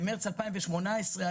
במארס 2018,